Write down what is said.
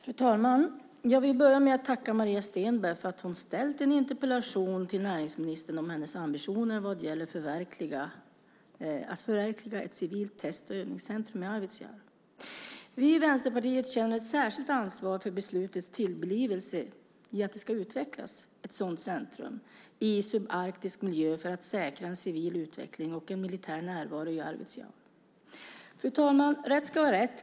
Fru talman! Jag vill börja med att tacka Maria Stenberg för att hon ställt en interpellation till näringsministern om hennes ambitioner vad gäller att förverkliga ett civilt test och övningscentrum i Arvidsjaur. Vi i Vänsterpartiet känner ett särskilt ansvar för beslutets tillblivelse att det ska utvecklas ett sådant centrum i subarktisk miljö för att säkra en civil utveckling och en militär närvaro i Arvidsjaur. Fru talman! Rätt ska vara rätt.